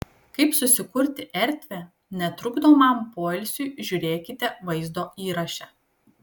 kaip susikurti erdvę netrukdomam poilsiui žiūrėkite vaizdo įraše